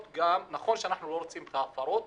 נכון שאנחנו לא רוצים את ההפרות,